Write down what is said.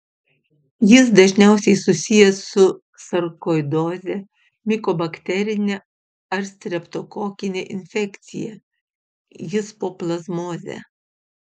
jis dažniausiai susijęs su sarkoidoze mikobakterine ar streptokokine infekcija histoplazmoze